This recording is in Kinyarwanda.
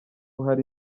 hari